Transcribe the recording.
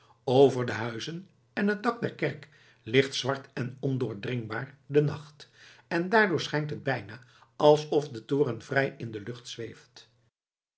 over de huizen en het dak der kerk ligt zwart en ondoordringbaar de nacht en daardoor schijnt het bijna alsof de toren vrij in de lucht zweeft